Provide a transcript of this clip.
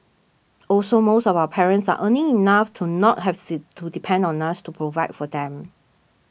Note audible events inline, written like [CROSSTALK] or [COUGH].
also most of our parents are earning enough to not have [UNINTELLIGIBLE] to depend on us to provide for them